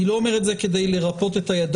אני לא אומר את זה כדי לרפות את הידיים,